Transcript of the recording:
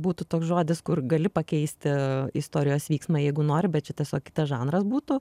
būtų toks žodis kur gali pakeisti istorijos vyksmą jeigu nori bet šitas o kitas žanras būtų